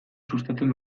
sustatzen